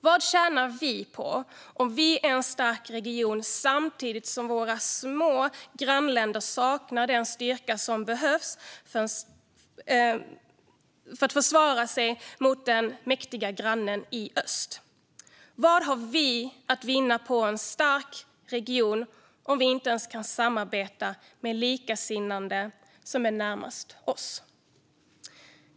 Vad tjänar vi på att vara en stark region om våra små grannländer samtidigt saknar den styrka som behövs för att försvara sig mot den mäktiga grannen i öst? Vad har vi att vinna på en stark region om vi inte ens kan samarbeta med de likasinnade som är närmast oss?